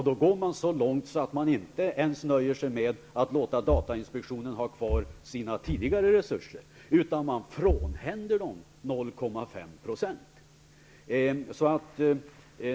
Då går de så långt att de inte ens nöjer sig med att låta datainspektionen få ha kvar sina tidigare resurser, utan de frånhänder inspektionen 0,5 %.